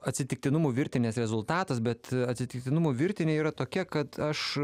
atsitiktinumų virtinės rezultatas bet atsitiktinumų virtinė yra tokia kad aš